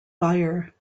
fire